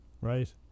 Right